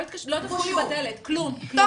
לא